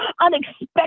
unexpected